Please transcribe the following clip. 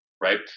right